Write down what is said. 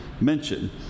mention